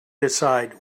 decide